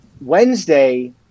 Wednesday